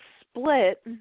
Split